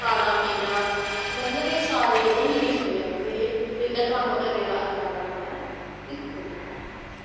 खाना पीना मतलव एह् सारे जेह्ड़े मिली जुलियै रौंह्दे हे ते इंदा कम्म करने दा अंदाज जेह्ड़े इक्को नेआ